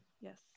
yes